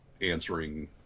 answering